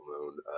Moon